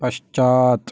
पश्चात्